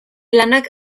lanak